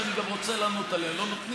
הוא בא לענות בקצרה, תנו לו לענות.